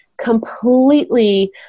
completely